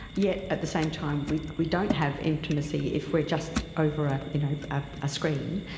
yet at the same time we we don't have intimacy if we are just over ah you know ah a screen.